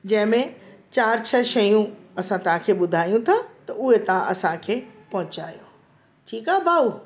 जंहिंमें चारि छह शयूं असां तव्हांखे ॿुधायूं था त उहे तव्हां असांखे पहुंचायो ठीकु आहे भाउ